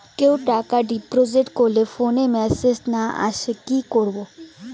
কেউ টাকা ডিপোজিট করলে ফোনে মেসেজ আসেনা কি করবো?